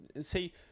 see